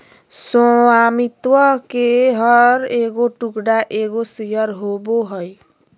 स्वामित्व के हर एगो टुकड़ा एगो शेयर होबो हइ